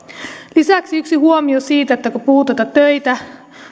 lisäksi yksi huomio siitä kun puhutaan että töitä